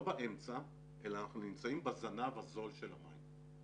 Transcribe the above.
לא באמצע אלא אנחנו נמצאים בזנב הזול של המים,